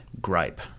gripe